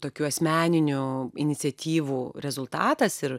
tokių asmeninių iniciatyvų rezultatas ir